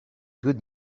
good